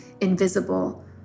invisible